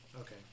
Okay